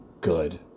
good